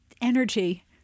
energy